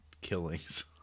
killings